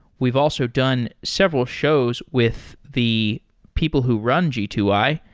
we've also done several shows with the people who run g two i,